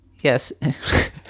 Yes